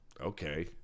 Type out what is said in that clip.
okay